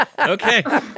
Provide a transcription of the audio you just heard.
Okay